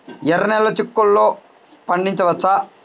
ఎర్ర నెలలో చిక్కుల్లో పండించవచ్చా?